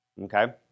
Okay